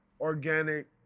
organic